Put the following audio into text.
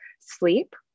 sleep